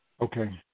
Okay